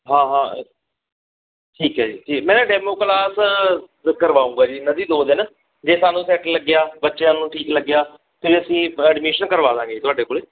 ਹਾਂ ਹਾਂ ਠੀਕ ਹੈ ਜੀ ਠੀਕ ਜੀ ਮੈਂ ਨਾ ਡੈਮੋ ਕਲਾਸ ਕਰਵਾਊਂਗਾ ਜੀ ਇਹਨਾਂ ਦੀ ਦੋ ਦਿਨ ਜੇ ਸਾਨੂੰ ਸੈੱਟ ਲੱਗਿਆ ਬੱਚਿਆਂ ਨੂੰ ਠੀਕ ਲੱਗਿਆ ਤਾਂ ਅਸੀਂ ਐਡਮਿਸ਼ਨ ਕਰਵਾ ਦਾਂਗੇ ਜੀ ਤੁਹਾਡੇ ਕੋਲ